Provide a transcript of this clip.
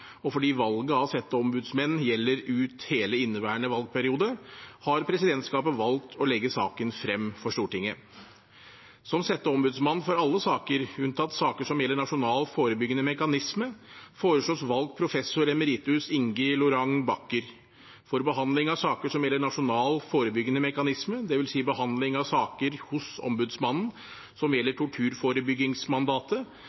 og fordi valget av setteombudsmenn gjelder ut hele inneværende valgperiode, har presidentskapet valgt å legge saken frem for Stortinget. Som setteombudsmann for alle saker, unntatt saker som gjelder nasjonal forebyggende mekanisme, foreslås valgt professor emeritus Inge Lorange Backer. For behandling av saker som gjelder nasjonal forebyggende mekanisme, dvs. behandling av saker hos ombudsmannen som